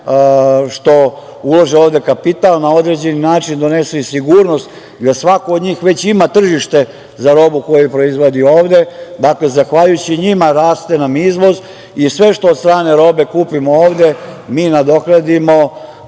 što ulažu ovde kapital, na određeni način donesu i sigurnost da svako od njih već ima tržište za robu koju proizvodi ovde. Zahvaljujući njima raste nam izvoz i sve što od strane robe kupimo ovde, mi nadoknadimo